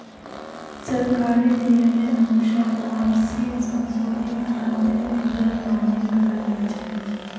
सरकारेर नियमेर अनुसार वापसीर संशोधित आंतरिक दर मान्य कराल जा छे